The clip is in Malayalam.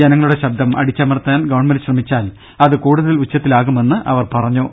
ജനങ്ങളുടെ ശബ്ദം അടിച്ചമർത്താൻ ഗവൺമെന്റ് ശ്രമിച്ചാൽ അത് കൂടുതൽ ഉച്ചത്തിലാ കുമെന്ന് അവർ പറഞ്ഞു